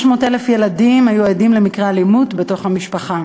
600,000 ילדים היו עדים למקרי אלימות בתוך המשפחה,